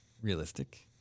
realistic